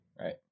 right